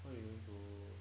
how you going to